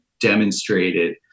demonstrated